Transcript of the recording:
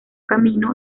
camino